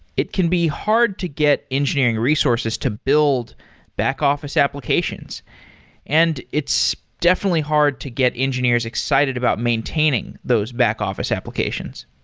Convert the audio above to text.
it can be hard to get engineering resources to build back-office applications and it's definitely hard to get engineers excited about maintaining those back-office applications.